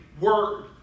word